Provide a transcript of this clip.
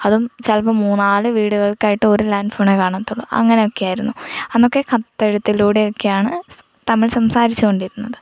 അതും ചിലപ്പോ മൂന്നാല് വീടുകൾക്കായിട്ട് ഒരു ലാൻഡ് ഫോണേ കാണത്തുള്ളൂ അങ്ങനെയൊക്കെ ആയിരുന്നു അന്നൊക്കെ കത്തെഴുത്തിലൂടെ ഒക്കെയാണ് തമ്മിൽ സംസാരിച്ചു കൊണ്ടിരുന്നത്